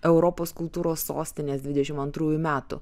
europos kultūros sostinės dvidešimt antrųjų metų